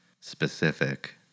specific